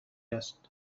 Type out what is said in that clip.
است